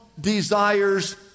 desires